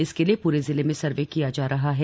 इसके लिए पूरे जिले में सर्वे किया जा रहा है